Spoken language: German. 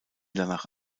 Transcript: danach